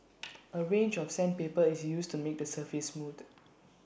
A range of sandpaper is used to make the surface